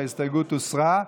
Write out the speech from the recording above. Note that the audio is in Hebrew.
ההסתייגות הוסרה.